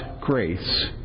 grace